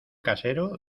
casero